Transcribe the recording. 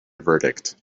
verdict